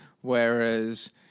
Whereas